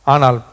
Anal